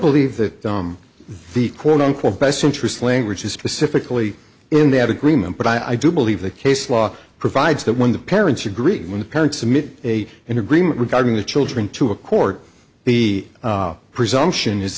believe that the quote unquote best interest language is specifically in that agreement but i do believe the case law provides that when the parents agree with the parents amid a an agreement regarding the children to a court the presumption is